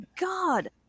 God